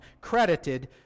credited